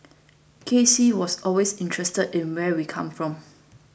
K C was always interested in where we come from